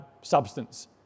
substance